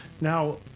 Now